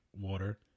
water